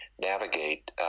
navigate